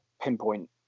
pinpoint